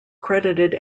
credited